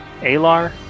Alar